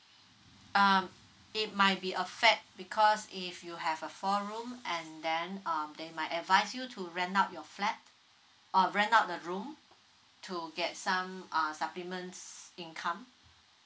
um it might be affect because if you have a four room and then um they might advise you to rent out your flat or rent out the room to get some um supplements income